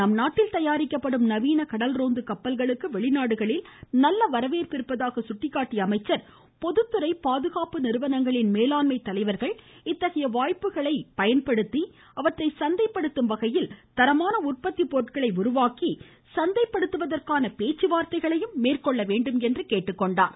நம் நாட்டில் தயாரிக்கப்படும் நவீன கடல் ரோந்து கப்பல்களுக்கு வெளிநாடுகளில் நல்ல வரவேற்பு இருப்பதாக கூறிய அவர் பொதுத்துறை பாதுகாப்பு நிறுவனங்களின் மேலாண்மை தலைவர்கள் இத்தகைய வாய்ப்புகளை சந்தைப்படுத்தும் வகையில் தரமான உற்பத்தி பொருட்களை உருவாக்கி அவற்றை சந்தை படுத்துவதற்கான பேச்சுவார்த்தைகளை மேற்கொள்ள வேண்டும் என்றார்